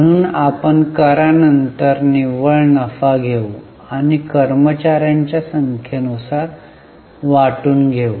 म्हणून आपण करा नंतर निव्वळ नफा घेऊ आणि कर्मचार्यांच्या संख्ये नुसार वाटून घेऊ